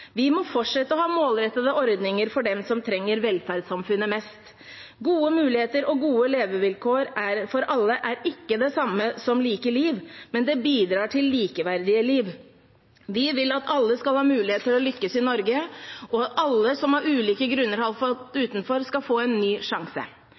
Vi må fortsette å ha målrettede ordninger for dem som trenger velferdssamfunnet mest. Gode muligheter og gode levevilkår for alle er ikke det samme som like liv, men det bidrar til likeverdige liv. Vi vil at alle skal ha mulighet til å lykkes i Norge, og at alle som av ulike grunner har falt